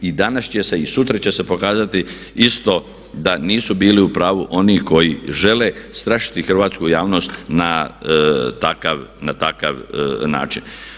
I danas će se i sutra će se pokazati isto da nisu bili u pravu oni koji žele strašiti hrvatsku javnost na takav način.